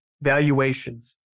valuations